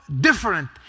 different